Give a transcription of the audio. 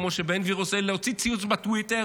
כמו שבן גביר עושה: להוציא ציוץ בטוויטר